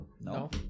No